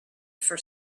for